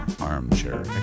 armchair